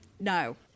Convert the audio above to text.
No